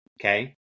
Okay